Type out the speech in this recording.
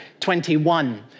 21